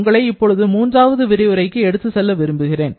உங்களை இப்பொழுது மூன்றாவது விரிவுரைக்கு எடுத்து செல்ல விரும்புகிறேன்